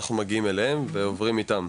שאנחנו מגיעים אליהם ועוברים איתם.